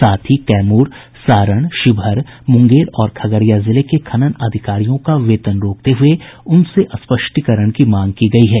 साथ ही कैमूर सारण शिवहर मूंगेर और खगड़िया जिले के खनन अधिकारियों का वेतन रोकते हुये उनसे स्पष्टीकरण की मांग की गयी है